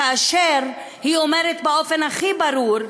כאשר היא אומרת באופן הכי ברור,